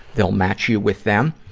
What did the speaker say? they'll match you with them,